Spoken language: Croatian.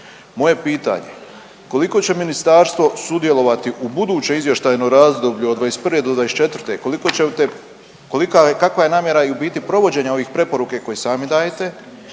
Moje pitanje, koliko će ministarstvo sudjelovati u budućem izvještajnom razdoblju od '21.-'24. kakva je namjera i u biti provođenja ovih preporuke koji sami dajete